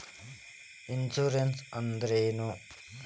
Insurance ಅಂದ್ರ ಏನು?